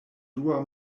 dua